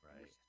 Right